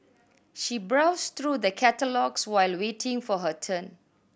she browsed through the catalogues while waiting for her turn